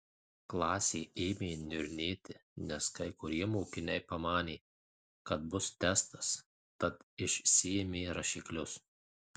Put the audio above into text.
klasė ėmė niurnėti nes kai kurie mokiniai pamanė kad bus testas tad išsiėmė rašiklius